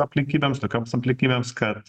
aplinkybėms tokioms aplinkybėms kad